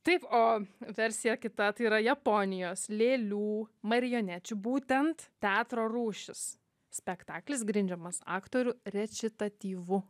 taip o versija kita tai yra japonijos lėlių marionečių būtent teatro rūšis spektaklis grindžiamas aktorių rečitatyvu